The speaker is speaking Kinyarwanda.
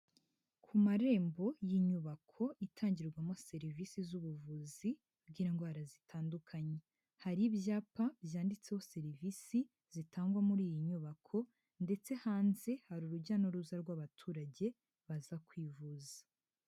Ku marembo y'inyubako itangirwamo serivisi z'ubuvuzi bw'indwara zitandukanye, hari ibyapa byanditseho serivisi zitangwa muri iyi nyubako, ndetse hanze hari urujya n'uruza rw'abaturage baza kwivuza.